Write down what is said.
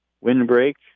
windbreak